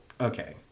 Okay